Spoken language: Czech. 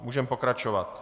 Můžeme pokračovat.